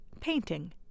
painting